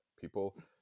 people